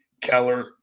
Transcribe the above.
Keller